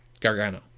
Gargano